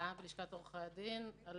בהרצאה בלשכת עורכי הדין על